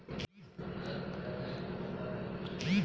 अपना credit score केगा जानल जा सकेला?